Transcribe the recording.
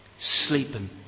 Sleeping